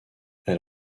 elle